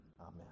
Amen